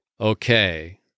Okay